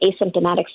asymptomatic